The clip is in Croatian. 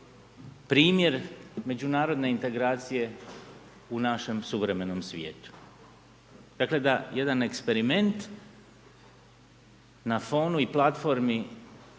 primjer međunarodne integracije u našem suvremenom svijetu. Dakle, da jedan eksperiment na tronu i platformi